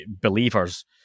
believers